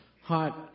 hot